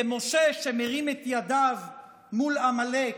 כמשה שמרים את ידיו מול עמלק,